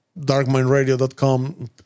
darkmindradio.com